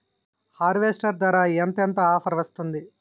Harvester ధర ఎంత ఎంత ఆఫర్ వస్తుంది?